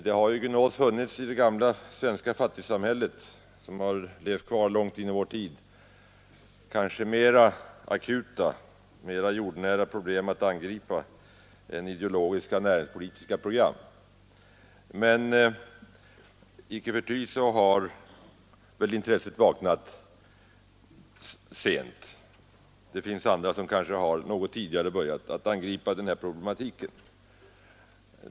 Det har gunås funnits i det gamla svenska fattigsamhället, som levt kvar långt in i vår tid, mera akuta och jordnära problem att angripa än ideologiska näringspolitiska program. Icke förty har intresset vaknat sent. Det finns andra som något tidigare börjat angripa denna problematik.